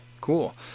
cool